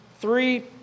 three